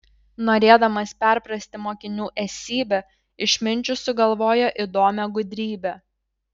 norėdamas perprasti mokinių esybę išminčius sugalvojo įdomią gudrybę